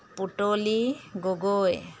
Putali Gogoi